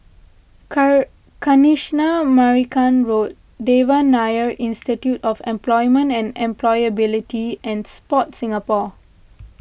Kanisha Marican Road Devan Nair Institute of Employment and Employability and Sport Singapore